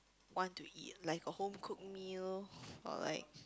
want to eat like a home cooked meal or like